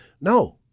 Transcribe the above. No